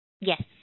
Yes